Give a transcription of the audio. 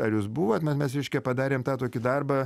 ar jūs buvot me mes reiškia padarėm tą tokį darbą